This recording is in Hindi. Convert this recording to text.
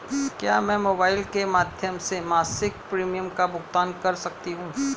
क्या मैं मोबाइल के माध्यम से मासिक प्रिमियम का भुगतान कर सकती हूँ?